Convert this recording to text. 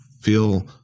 feel